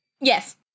Yes